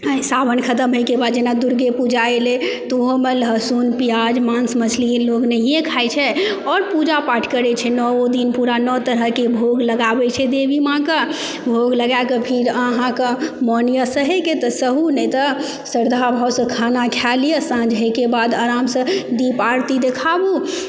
सावन खतम होइ के बाद जेना दुर्गे पूजा एलै तऽ ओहोमे लहसुन प्याज मासु मछली लोग नहिये खाइ छै और पूजा पाठ करै छै नओ दिन पुरा नओ तरहके भोज लगाबै छै देवी माँ के भोग लगा कऽ फेर अहाँके मन यऽ सहय के तऽ सहु नहि तऽ श्रद्धा भावसँ खाना खाए लिअ नहा धोएके बाद आरामसँ दिप आरती देखाबु